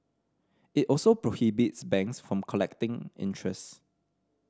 it also prohibits banks from collecting interest